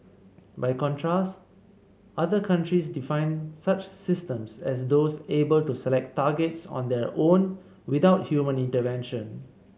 by contrast other countries define such systems as those able to select targets on their own without human intervention